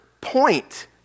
point